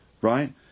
right